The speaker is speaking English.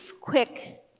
quick